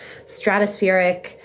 stratospheric